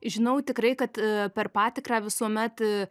žinau tikrai kad per patikrą visuomet